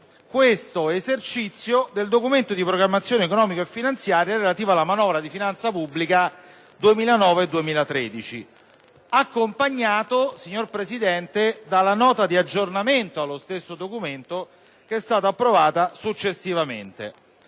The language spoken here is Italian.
questo esercizio, del Documento di programmazione economico-finanziaria relativo alla manovra di finanza pubblica 2009-2013, e, signor Presidente, della Nota di aggiornamento allo stesso Documento che estata approvata successivamente.